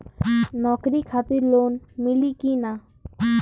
नौकरी खातिर लोन मिली की ना?